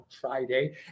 Friday